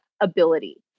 ability